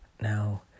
Now